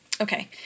okay